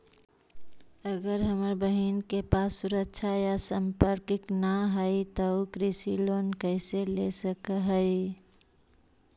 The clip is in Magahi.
अगर हमर बहिन के पास सुरक्षा या संपार्श्विक ना हई त उ कृषि लोन कईसे ले सक हई?